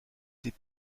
des